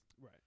Right